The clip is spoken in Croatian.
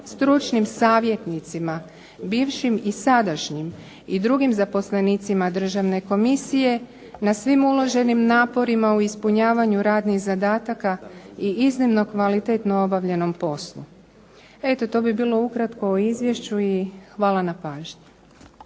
stručnim savjetnicima bivšim i sadašnjim i drugim zaposlenicima državne komisije na svim uloženim naporima u ispunjavanju radnih zadataka i iznimno kvalitetno obavljanom poslu. Eto to bi bilo ukratko o izvješću i hvala na pažnji.